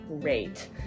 great